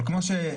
אבל כמו שחברי,